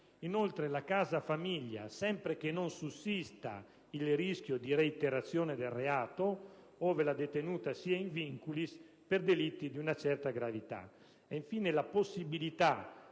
inoltre, la casa famiglia, sempre che non sussista il rischio di reiterazione del reato, ove la detenuta sia *in vinculis* per delitti di una certa gravità. Infine, la possibilità